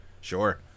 Sure